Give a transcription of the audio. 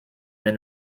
then